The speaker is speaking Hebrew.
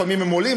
לפעמים הם עולים,